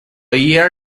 year